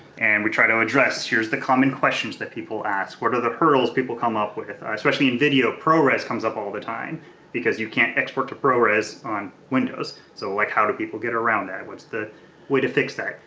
and we try to address here's the common questions that people ask, what are the hurdles people come up with? especially in video, prores comes up all the time because you can't export to prores on windows. so like how do people get around that, what's the way to fix that?